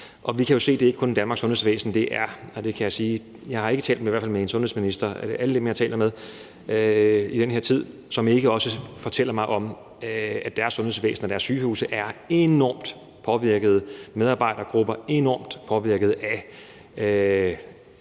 Vi kan jo se, at det ikke kun er i Danmarks sundhedsvæsen. Jeg kan sige, at jeg har talt med sundhedsministre, og alle dem, jeg taler med i den her tid, fortæller mig også om, at deres sundhedsvæsen og deres sygehuse er enormt påvirkede. Medarbejdergrupper er enormt påvirkede af